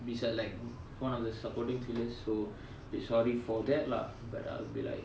beside like one of the supporting pillars so be sorry for that lah but I will be like